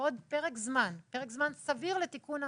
בעוד פרק זמן, פרק זמן סביר לתיקון ההפרה,